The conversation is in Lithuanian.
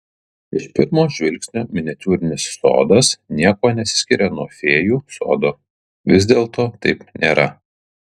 iš pirmo žvilgsnio miniatiūrinis sodas niekuo nesiskiria nuo fėjų sodo vis dėlto taip nėra